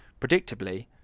Predictably